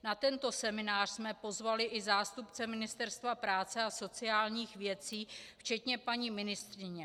Na tento seminář jsme pozvali i zástupce Ministerstva práce a sociálních věcí včetně paní ministryně.